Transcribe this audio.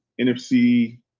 NFC